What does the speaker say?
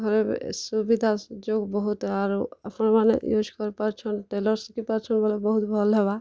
ଘରର୍ ସୁବିଧା ସୁଯୋଗ୍ ବହୁତ୍ ଆରୁ ଆପଣ୍ ମାନେ ୟୁଜ୍ କରିପାରୁଛନ୍ ଆରୁ ଟେଲର୍ ଶିଖିପାରୁଛନ୍ ବେଲେ ବହୁତ୍ ଭଲ୍ ହେବା